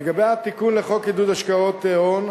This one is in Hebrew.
לגבי התיקון לחוק עידוד השקעות הון,